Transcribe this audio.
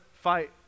fight